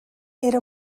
era